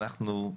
אנחנו,